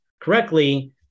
correctly